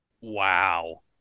Wow